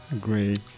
great